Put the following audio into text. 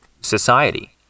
society